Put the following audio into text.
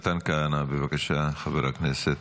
מתן כהנא, בבקשה, חבר הכנסת.